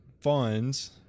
funds